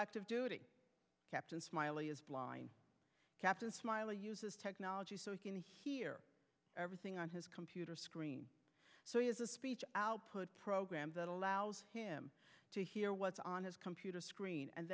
active duty captain smiley is blind captain smiley uses technology so he can hear everything on his computer screen so he has a speech output program that allows him to hear what's on his computer screen and